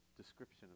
description